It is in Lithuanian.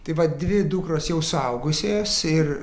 tai va dvi dukros jau suaugusios ir